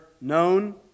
known